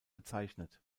bezeichnet